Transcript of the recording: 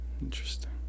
interesting